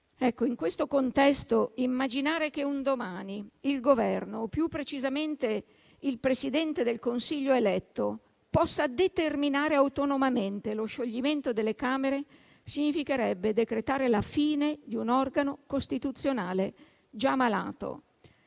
Ecco, in questo contesto, immaginare che un domani il Governo o, più precisamente, il Presidente del Consiglio eletto possa determinare autonomamente lo scioglimento delle Camere significherebbe decretare la fine di un organo costituzionale già malato.